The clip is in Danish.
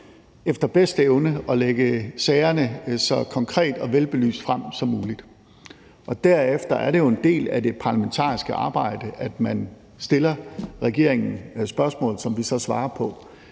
efter bedste evne at lægge sagerne så konkret og velbelyst frem som muligt, og derefter er det jo en del af det parlamentariske arbejde, at man stiller regeringen spørgsmål, som vi så svarer på.